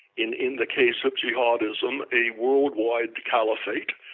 in in the case of jihadism, a worldwide caliphate,